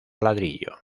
ladrillo